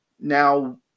Now